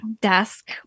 desk